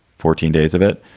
fourteen days of it,